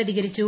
പ്രതികരിച്ചു